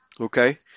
Okay